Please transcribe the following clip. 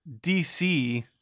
DC